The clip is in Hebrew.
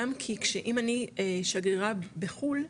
גם כי כשאם אני שגרירה בחו"ל,